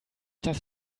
dass